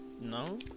No